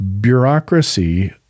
bureaucracy